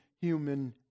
human